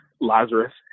Lazarus